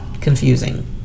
confusing